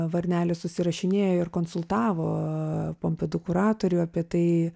varnelis susirašinėjo ir konsultavo pompidu kuratorių apie tai